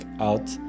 out